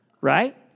right